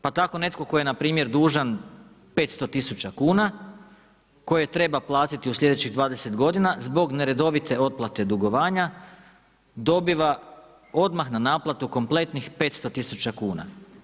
Pa tako netko tko je npr. dužan 500 tisuća kuna, koje treba platiti u sljedećih 20 godina zbog neredovite otplate dugovanja dobiva odmah na naplatu kompletnih 500 tisuća kuna.